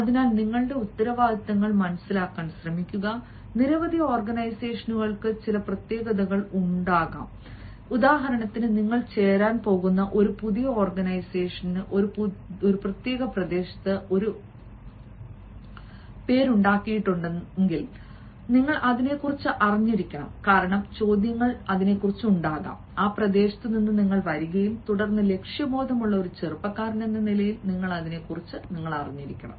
അതിനാൽ നിങ്ങളുടെ ഉത്തരവാദിത്തങ്ങൾ മനസിലാക്കാൻ ശ്രമിക്കുക നിരവധി ഓർഗനൈസേഷനുകൾക്ക് ചില പ്രത്യേകതകൾ ഉണ്ടാകാം ഉദാഹരണത്തിന് നിങ്ങൾ ചേരാൻ പോകുന്ന ഒരു പുതിയ ഓർഗനൈസേഷൻ ഒരു പ്രത്യേക പ്രദേശത്ത് പേരുണ്ടാക്കിയിട്ടുണ്ടെങ്കിൽ നിങ്ങൾ അതിനെക്കുറിച്ച് അറിഞ്ഞിരിക്കണം കാരണം ചോദ്യങ്ങൾ ഉണ്ടാകാം ആ പ്രദേശത്തുനിന്നും വരികയും തുടർന്ന് ലക്ഷ്യബോധമുള്ള ഒരു ചെറുപ്പക്കാരനെന്ന നിലയിൽ അറിഞ്ഞിരിക്കണം